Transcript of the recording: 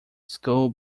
school